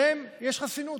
להם יש חסינות,